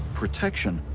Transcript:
protection,